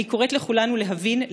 אני קוראת לכולנו להבין,